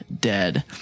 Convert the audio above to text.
dead